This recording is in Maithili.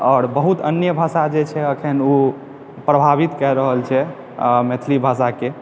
आओर बहुत अन्य भाषा जे छै अखन ओ प्रभावित कए रहल छै आ मैथिली भाषाके